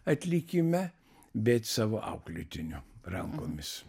atlikime bet savo auklėtinių rankomis